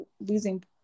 losing